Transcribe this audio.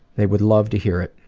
they would love to hear it.